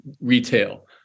retail